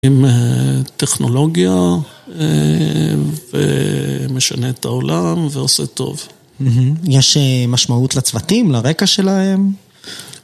עם טכנולוגיה, ומשנה את העולם, ועושה טוב. יש משמעות לצוותים, לרקע שלהם?